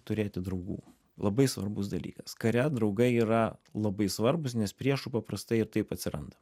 turėti draugų labai svarbus dalykas kare draugai yra labai svarbūs nes priešų paprastai ir taip atsiranda